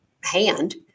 hand